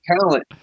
Talent